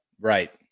Right